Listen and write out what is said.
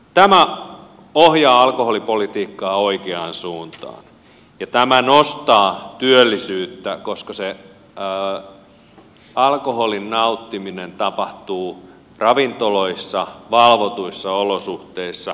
tämä ohjaa alkoholipolitiikkaa oikeaan suuntaan ja tämä nostaa työllisyyttä koska se alkoholin nauttiminen tapahtuu ravintoloissa valvotuissa olosuhteissa